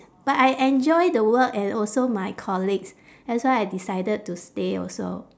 but I enjoy the work and also my colleagues that's why I decided to stay also